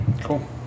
Cool